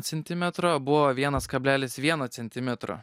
centimetro buvo vienas kablelis vieno centimetro